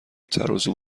ترازو